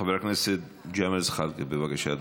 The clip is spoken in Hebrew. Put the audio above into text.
חבר הכנסת ג'מאל זחאלקה, בבקשה,